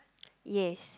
yes